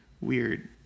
weird